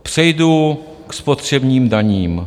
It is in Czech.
Přejdu ke spotřebním daním.